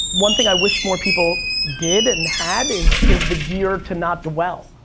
one thing i wish more people did and had is is the year to not dwell.